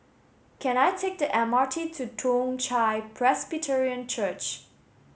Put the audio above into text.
can I take the M R T to Toong Chai Presbyterian Church